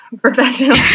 professional